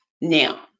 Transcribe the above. Now